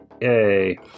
Yay